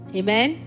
amen